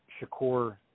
Shakur